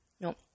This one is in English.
No